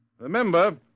Remember